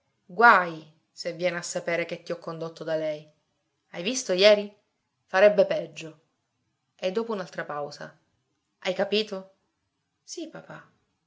guaj se viene a sapere che ti ho condotto da lei hai visto jeri farebbe peggio e dopo un'altra pausa hai capito sì papà